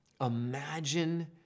Imagine